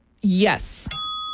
Yes